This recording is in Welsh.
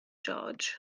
george